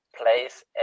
place